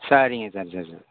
சரிங்க சார்